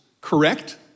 Correct